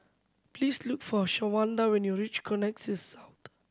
please look for Shawanda when you reach Connexis South